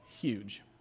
huge